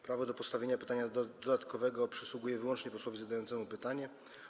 Prawo do postawienia pytania dodatkowego przysługuje wyłącznie posłowi zadającemu pytanie.